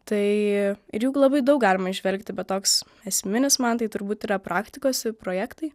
tai ir jų labai daug galima įžvelgti bet toks esminis man tai turbūt yra praktikos ir projektai